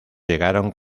llegaron